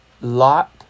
Lot